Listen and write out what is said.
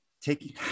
taking